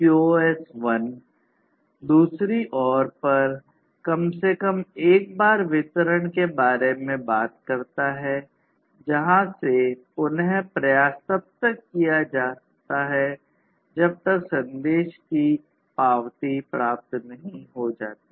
QoS 1 दूसरी ओर पर कम से कम एक बार वितरण के बारे में बात करता है जहां से पुन प्रयास तब तक किया जाता है जब तक संदेश की पावती प्राप्त नहीं हो जाती है